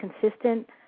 consistent